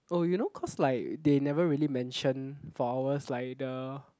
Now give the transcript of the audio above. oh you know cause like they never really mention for ours like the